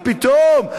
מה פתאום?